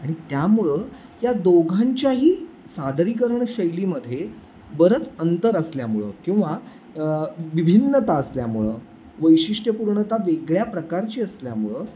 आणि त्यामुळं या दोघांच्याही सादरीकरण शैलीमध्ये बरंच अंतर असल्यामुळं किंवा विभिन्नता असल्यामुळं वैशिष्ट्यपूर्णता वेगळ्या प्रकारची असल्यामुळं